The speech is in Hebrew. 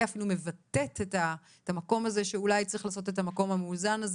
אפילו מבטאת את זה שאולי צריך לתת את המקום המאוזן הזה